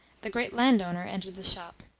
the great landowner, entered the shop.